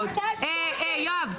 אתם לא אשמים,